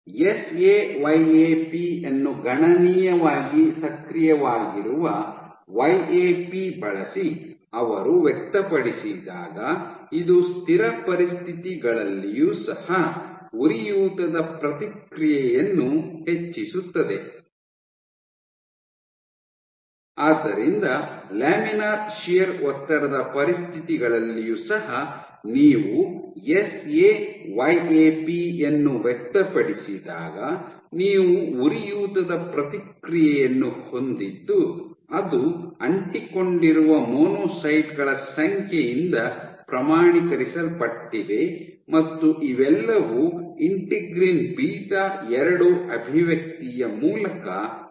S A Y A P ಯನ್ನು ಗಣನೀಯವಾಗಿ ಸಕ್ರಿಯವಾಗಿರುವ ವೈ ಎ ಪಿ ಬಳಸಿ ಅವರು ವ್ಯಕ್ತಪಡಿಸಿದಾಗ ಇದು ಸ್ಥಿರ ಪರಿಸ್ಥಿತಿಗಳಲ್ಲಿಯೂ ಸಹ ಉರಿಯೂತದ ಪ್ರತಿಕ್ರಿಯೆಯನ್ನು ಹೆಚ್ಚಿಸುತ್ತದೆ ಆದ್ದರಿಂದ ಲ್ಯಾಮಿನಾರ್ ಶಿಯರ್ ಒತ್ತಡದ ಪರಿಸ್ಥಿತಿಗಳಲ್ಲಿಯೂ ಸಹ ನೀವು ಎಸ್ಎ ವೈ ಎ ಪಿ ಅನ್ನು ವ್ಯಕ್ತಪಡಿಸಿದಾಗ ನೀವು ಉರಿಯೂತದ ಪ್ರತಿಕ್ರಿಯೆಯನ್ನು ಹೊಂದಿದ್ದು ಅದು ಅಂಟಿಕೊಂಡಿರುವ ಮೊನೊಸೈಟ್ ಗಳ ಸಂಖ್ಯೆಯಿಂದ ಪ್ರಮಾಣೀಕರಿಸಲ್ಪಟ್ಟಿದೆ ಮತ್ತು ಇವೆಲ್ಲವೂ ಇಂಟಿಗ್ರಿನ್ ಬೀಟಾ ಎರಡು ಅಭಿವ್ಯಕ್ತಿಯ ಮೂಲಕ ಸಾಧ್ಯವಾಗಿದೆ